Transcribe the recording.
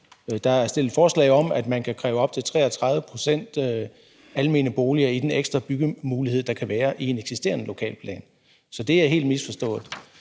Der er fremsat forslag om, at man kan kræve op til 33 pct. almene boliger med den ekstra byggemulighed, der kan være i en eksisterende lokalplan. Så det er helt misforstået.